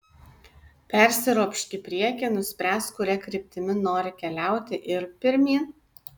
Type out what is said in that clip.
persiropšk į priekį nuspręsk kuria kryptimi nori keliauti ir pirmyn